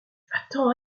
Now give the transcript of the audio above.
attends